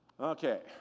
Okay